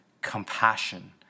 compassion